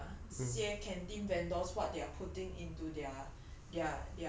多注意 ah 这些 canteen vendors what they are putting into their